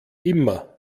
immer